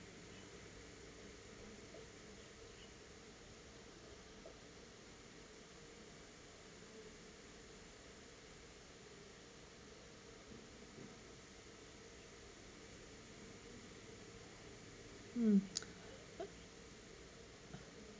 mm